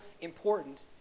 important